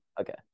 Okay